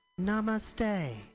Namaste